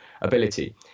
ability